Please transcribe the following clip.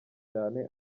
cyane